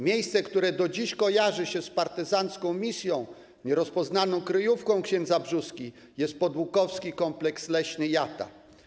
Miejscem, które do dziś kojarzy się z partyzancką misją, nierozpoznaną kryjówką ks. Brzóski, jest podłukowski kompleks leśny Jata.